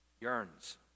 yearns